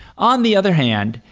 on the other hand,